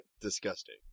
Disgusting